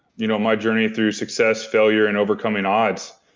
you know my journey through success failure and overcoming odds.